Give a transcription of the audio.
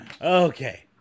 Okay